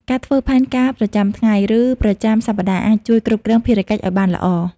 ការធ្វើផែនការប្រចាំថ្ងៃ ឬប្រចាំសប្តាហ៍អាចជួយគ្រប់គ្រងភារកិច្ចឱ្យបានល្អ។